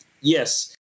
yes